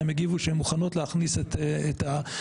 הגיבו שהן מוכנות להכניס את הנושא.